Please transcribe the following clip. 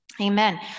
Amen